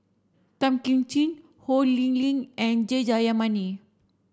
Tan Kim Ching Ho Lee Ling and J Jayamani